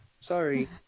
Sorry